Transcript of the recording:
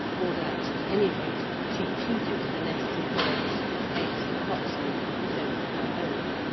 or that, at any rate, she chooses the nests of birds whose eggs approximately resemble her own.